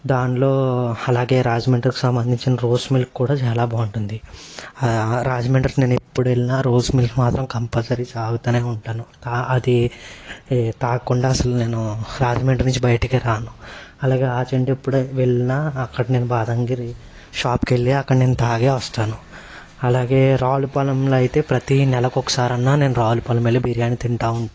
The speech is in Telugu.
దానిలో అలాగే రాజమండ్రికి సంబంధించిన రోస్ మిల్క్ కూడా చాలా బాగుంటుంది ఆ రాజమండ్రికి నేను ఎప్పుడు వెళ్ళినా రోస్ మిల్క్ మాత్రం కంపల్సరీ తాగుతూనే ఉంటాను అది తాగకుండా అసలు నేను రాజమండ్రి నుంచి బయటికి రాను అలాగే ఆజంట ఎప్పుడు వెళ్లిన అక్కడి నేను బాదంగిరి షాప్కి వెళ్లి అక్కడ నేను తాగే వస్తాను అలాగే రావులపాలెంలో అయితే ప్రతి నెలకొకసారి అన్నా నేను రావులపాలెం తింటా ఉంటాను